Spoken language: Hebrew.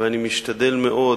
ואני משתדל מאוד